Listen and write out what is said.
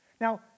Now